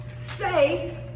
say